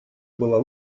была